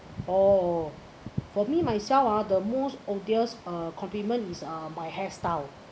oh for me myself ah the most odious uh complement is uh my hairstyle